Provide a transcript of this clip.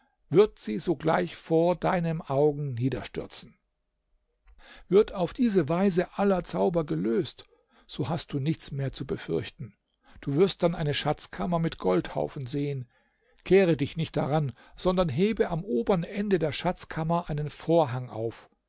wird sie sogleich vor deinem augen niederstürzen wird auf diese weise aller zauber gelöst so hast du nichts mehr zu befürchten du wirst dann eine schatzkammer mit goldhaufen sehen kehre dich nicht daran sondern hebe am obern ende der schatzkammer einen vorhang auf